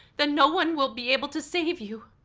then no one will be able to save you!